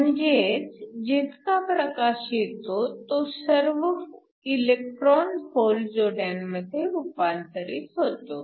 म्हणजेच जितका प्रकाश येतो तो सर्व इलेक्ट्रॉन होल जोड्यांमध्ये रूपांतरित होतो